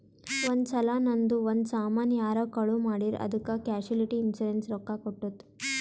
ಒಂದ್ ಸಲಾ ನಂದು ಒಂದ್ ಸಾಮಾನ್ ಯಾರೋ ಕಳು ಮಾಡಿರ್ ಅದ್ದುಕ್ ಕ್ಯಾಶುಲಿಟಿ ಇನ್ಸೂರೆನ್ಸ್ ರೊಕ್ಕಾ ಕೊಟ್ಟುತ್